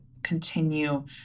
continue